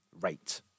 rate